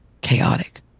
chaotic